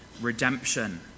redemption